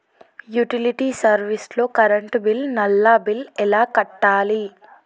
Utility service లో current bill, నల్లా bill ఎలా కట్టాలి?